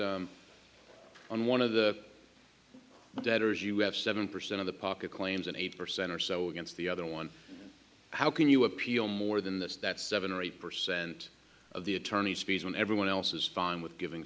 against on one of the debtors you have seven percent of the pocket claims and eighty percent or so against the other one how can you appeal more than this that seven or eight percent of the attorneys fees when everyone else is fine with giving